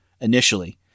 initially